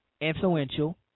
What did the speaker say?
influential